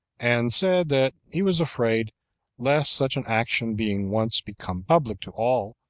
and said that he was afraid lest such an action being once become public to all,